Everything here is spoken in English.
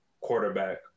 quarterback